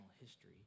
history